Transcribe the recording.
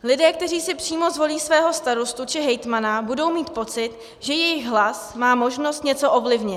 Lidé, kteří si přímo zvolí svého starostu či hejtmana budou mít pocit, že jejich hlas má možnost něco ovlivnit.